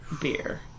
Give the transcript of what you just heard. beer